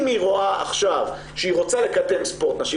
אם היא רואה עכשיו שהיא רוצה לקדם ספורט נשים